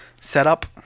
setup